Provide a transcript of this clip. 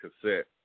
cassette